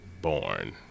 born